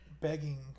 begging